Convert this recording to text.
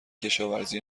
کشاورزی